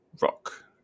rock